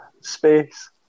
space